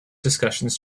discussions